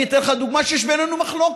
אני אתן לך דוגמה, ויש בינינו מחלוקת,